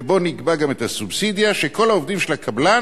שבו נקבע גם את הסובסידיה, שכל העובדים של הקבלן